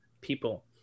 people